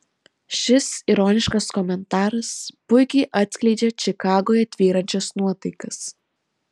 šis ironiškas komentaras puikiai atskleidžia čikagoje tvyrančias nuotaikas